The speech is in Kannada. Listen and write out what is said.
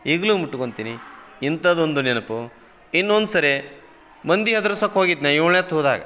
ಈಗಲೂ ಮುಟ್ಕೊಳ್ತೀನಿ ಇಂಥದ್ದೊಂದು ನೆನಪು ಇನ್ನೊಂದ್ಸರಿ ಮಂದಿ ಹೆದರ್ಸೋಕೆ ಹೋಗಿದ್ನ ಏಳನೇತ್ ಹೋದಾಗ